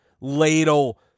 ladle